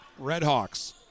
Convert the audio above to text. Redhawks